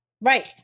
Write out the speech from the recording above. Right